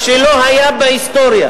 מה שלא היה בהיסטוריה.